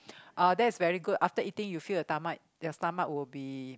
uh that's very good after eating you feel your tomach your stomach will be